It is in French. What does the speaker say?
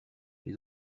les